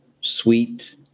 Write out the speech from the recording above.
sweet